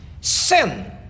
sin